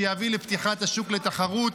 שיביא לפתיחת השוק לתחרות,